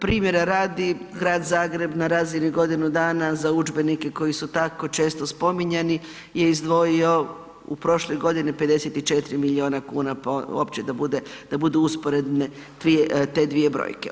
Primjera radi, Grad Zagreb na razini godinu dana za udžbenike koji su tako često spominjani je izdvojio u prošloj godini 54 milijuna kuna pa opće da budu usporedne te dvije brojke.